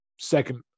second